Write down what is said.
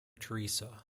teresa